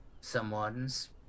someone's